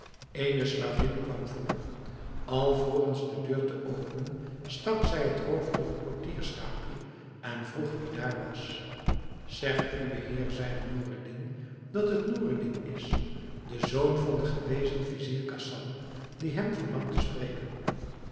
eene slavin kwam voor alvorens de deur te openen stak zij het hoofd door het portiersraamtje en vroeg wie daar was zeg uwen heer zeide noureddin dat het noureddin is de zoon van den gewezen vizier khasan die hem verlangt te spreken